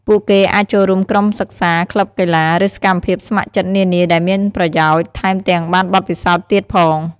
ពួកគេអាចចូលរួមក្រុមសិក្សា ក្លឹបកីឡា ឬសកម្មភាពស្ម័គ្រចិត្តនានាដែលមានប្រយោជន៍ ថែមទាំងបានបទពិសោធន៍ទៀតផង។